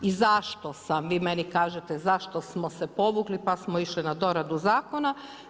I zašto sam, vi meni kažete, zašto smo se povukli pa smo išli na doradu zakona.